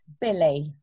Billy